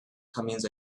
comings